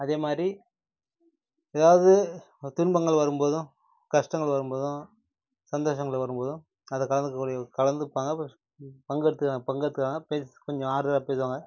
அதேமாதிரி ஏதாவது ஒரு துன்பங்கள் வரும்போதும் கஷ்டங்கள் வரும்போதும் சந்தோஷங்கள் வரும்போதும் அதில் கலந்துக்கக்கூடிய கலந்துப்பாங்க அப்புறம் பங்கெடுத்துக்க பங்கெடுத்துக்கிறாங்க பேசி கொஞ்சம் ஆறுதலாக பேசுவாங்க